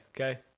okay